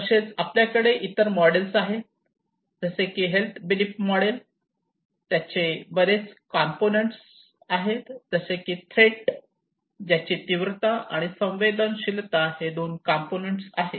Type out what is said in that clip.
तसेच आपल्याकडे इतर मॉडेल्स देखील आहेत जसे की हेल्थ बिलीप मॉडेल त्याचे बरेच कॉम्पोनन्ट्स आहेत जसे की थ्रेट ज्याचे तीव्रता आणि संवेदनशीलता हे दोन कॉम्पोनन्ट्स आहेत